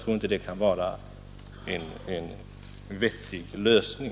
Detta kan enligt min mening inte vara en vettig lösning.